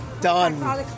Done